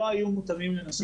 לא היו מותאמים לנשים טרנסיות.